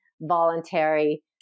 voluntary